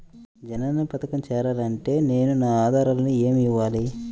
జన్ధన్ పథకంలో చేరాలి అంటే నేను నా ఆధారాలు ఏమి ఇవ్వాలి?